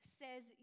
says